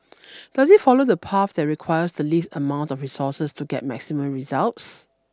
does it follow the path that requires the least amount of resources to get maximum results